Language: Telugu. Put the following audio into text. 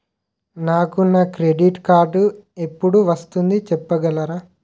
నాకు నా క్రెడిట్ కార్డ్ ఎపుడు వస్తుంది చెప్పగలరా?